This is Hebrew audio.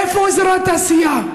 איפה אזורי התעשייה?